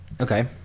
okay